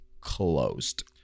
closed